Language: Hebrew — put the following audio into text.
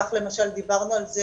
כך למשל דיברנו על זה